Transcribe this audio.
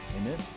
Amen